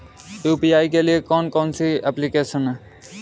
UPI के लिए कौन कौन सी एप्लिकेशन हैं?